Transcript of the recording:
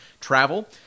travel